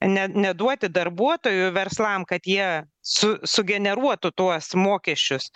ne neduoti darbuotojų verslam kad jie su sugeneruotų tuos mokesčius